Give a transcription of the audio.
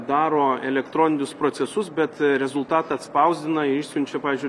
daro elektroninius procesus bet rezultatą atspausdina išsiunčia pavyzdžiui